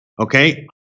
Okay